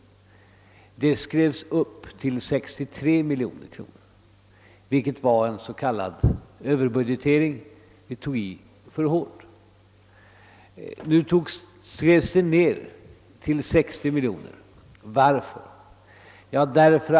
Då skrevs det upp till 63 miljoner kronor. Det var en s.k. överbudgetering; vi tog i för hårt. Därför har det skrivits ned till 60 miljoner kronor. Varför?